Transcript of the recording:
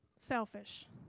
selfish